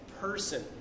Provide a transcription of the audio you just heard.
person